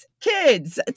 kids